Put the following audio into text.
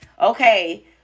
okay